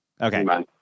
Okay